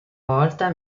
volta